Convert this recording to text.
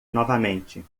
novamente